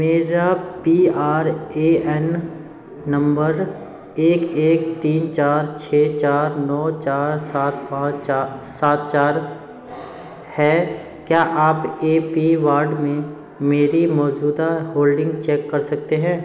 मेरा P R A N number एक एक तीन चार छः चार नौ चार सात पाँच चा सात चार है क्या आप ए पी वार्ड में मेरी मौजूदा होल्डिंग चेक कर सकते हैं